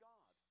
God